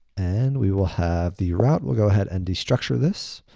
and we will have the route, we'll go ahead, and de-structure this,